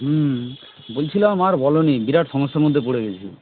হুম বলছিলাম আর বোলো না বিরাট সমস্যার মধ্যে পড়ে গেছি